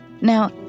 Now